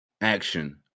action